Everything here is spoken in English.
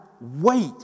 wait